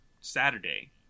Saturday